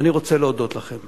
ואני רוצה להודות לכם